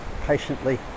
patiently